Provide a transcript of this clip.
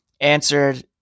answered